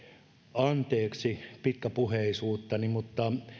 anteeksi pitkäpuheisuuttani mutta